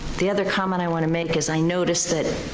the other comment i want to make is i noticed that